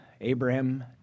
Abraham